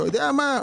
אתה יודע מה?